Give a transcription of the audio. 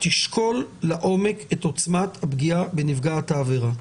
תשקול לעומק את עוצמת הפגיעה בנפגעת העבירה,